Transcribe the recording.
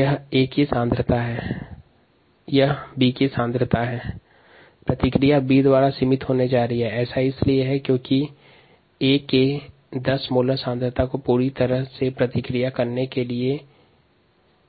वर्तमान अभिक्रिया B के द्वारा सीमित हो रही है क्योंकि A के 10 मोलर सांद्रता को पूरी तरह से अभिक्रिया करने के लिए